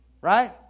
Right